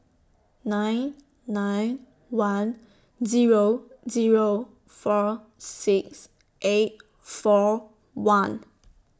nine nine one Zero Zero four six eight four one